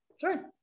sure